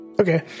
Okay